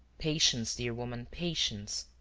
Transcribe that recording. patience, dear woman, patience!